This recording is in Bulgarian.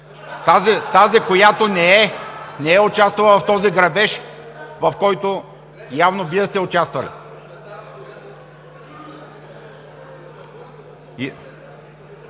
тази която не е участвала в този грабеж, в който явно Вие сте участвали.